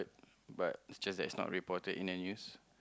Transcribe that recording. but it's just that it's not reported in the news